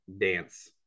Dance